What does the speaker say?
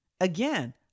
again